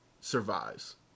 survives